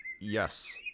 Yes